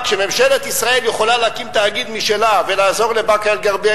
כשממשלת ישראל יכולה להקים תאגיד משלה ולעזור לבאקה-אל-ע'רביה,